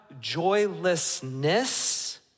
joylessness